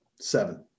seven